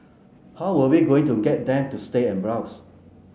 how were we going to get them to stay and browse